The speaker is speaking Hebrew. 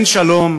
אין שלום,